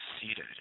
seated